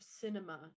cinema